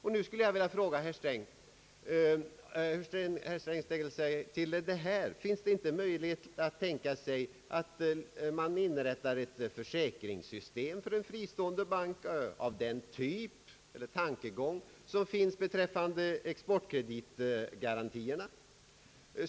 Jag skulle vilja fråga herr Sträng: Finns det inga möjligheter att inrätta ett försäkringssystem för en fristående bank av samma typ som existerar beträffande exportkreditgarantierna?